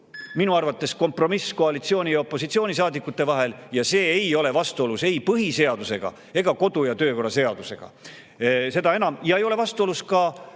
minu arvates kompromiss koalitsiooni‑ ja opositsioonisaadikute vahel ning see ei ole vastuolus ei põhiseadusega ega kodu- ja töökorra seadusega. See ei ole vastuolus ka